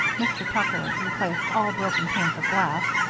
mr. tucker replaced all broken panes of glass,